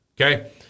Okay